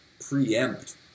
preempt